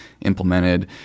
implemented